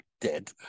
dead